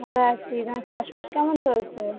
ভালো আছি চাষবাস কেমন চলছে